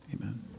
Amen